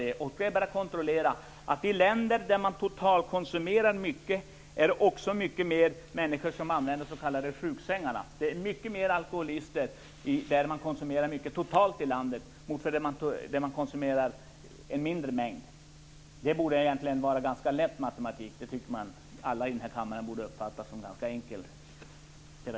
Det är lätt att kontrollera att i länder där totalkonsumtionen är hög använder människor också sjuksängarna mycket mer. Det finns mycket fler alkoholister i länder där man totalt konsumerar mycket alkohol än i länder där man konsumerar en mindre mängd. Jag tycker att detta är en ganska enkel matematik, som alla i denna kammare borde kunna uppfatta.